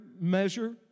measure